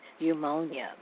pneumonia